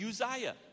Uzziah